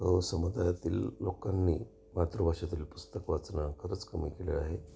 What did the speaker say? समुदायातील लोकांनी मातृभाषेतील पुस्तक वाचणं खरंच कमी केले आहे